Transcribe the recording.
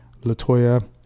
LaToya